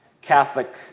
Catholic